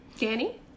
danny